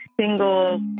single